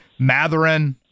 Matherin